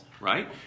right